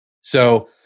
So-